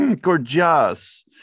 Gorgeous